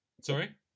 Sorry